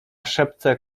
szepce